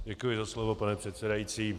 Děkuji za slovo, pane předsedající.